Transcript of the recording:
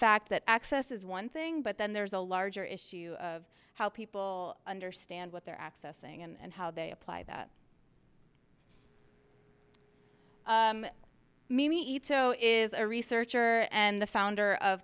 fact that access is one thing but then there's a larger issue of how people understand what they're accessing and how they apply that mimi ito is a researcher and the founder of